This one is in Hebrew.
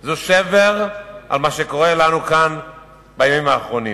זה שבר על מה שקורה לנו כאן בימים האחרונים.